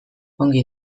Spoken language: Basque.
ongi